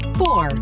four